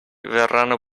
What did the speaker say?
verranno